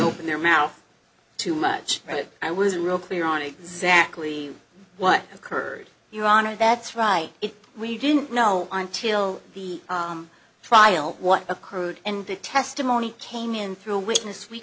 open their mouth too much but i was real clear on exactly what occurred you rahner that's right it we didn't know until the trial what occurred and the testimony came in through a witness we